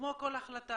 כמו כל החלטה,